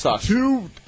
two